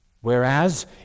Whereas